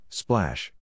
splash